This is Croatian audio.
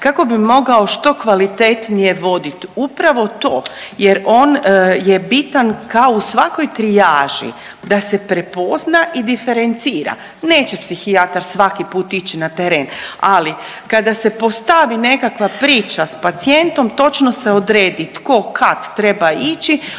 kako bi mogao što kvalitetnije voditi upravo to jer on je bitan kao u svakoj trijaži da se prepozna i diferencira. Neće psihijatar svaki put ići na teren, ali kada se postavi nekakva priča s pacijentom točno se odredi tko kad treba ići